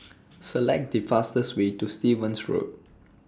Select The fastest Way to Stevens Road